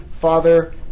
Father